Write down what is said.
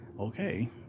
okay